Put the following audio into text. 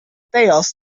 tales